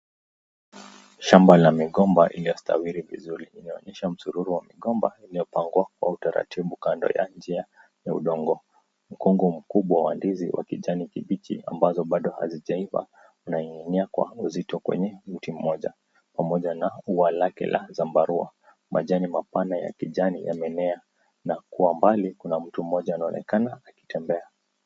Shamba la migomba iliyostawiri vizuri inaonyesha msururu wa migomba iliyopangwa kwa utaratibu kando ya njia ya udongo. Mkongo mkumbwa wa ndizi ya kijani kibichi ambazo bado hazijaivaa inaning'inia kwa uzito kwenye mti moja pamoja na ua lake lake la zambarua majani mapana ya kijani yamemea na kwa mbali kuna mtu moja anaonekana akitembea.